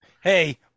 Hey